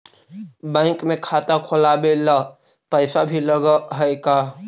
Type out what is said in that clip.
Bank में खाता खोलाबे ल पैसा भी लग है का?